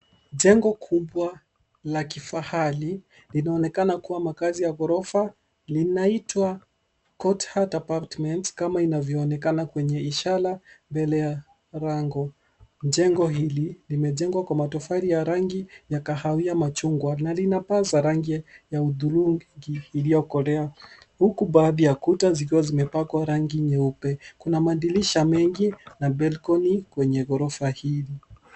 Jengo kubwa la kifahari, linaonekana kuwa makazi ya ghorofa linaitwa Connaught Apartments kama inavyoonekana kwenye ishara mbele ya lango. Jengo hili limejengwa kwa matofali ya rangi ya kahawia machungwa na lina paa za rangi ya hudhurungi iliyokolea huku baadhi ya kuta zikiwa zimepakwa rangi nyeupe. Kuna madirisha mengi na balcony kwenye ghorofa hili.